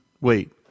Wait